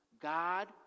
God